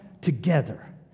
together